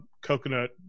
coconut